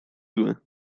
zły